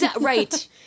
Right